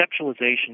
conceptualization